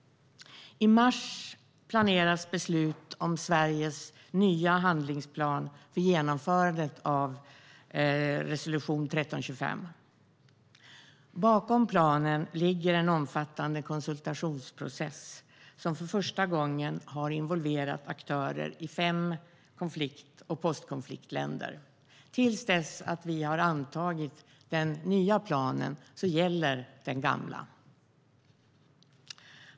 I mars planeras beslut om Sveriges nya handlingsplan för genomförandet av resolution 1325. Bakom planen ligger en omfattande konsultationsprocess som för första gången har involverat aktörer i fem konflikt och postkonfliktländer. Till dess att vi har antagit den nya planen gäller den gamla.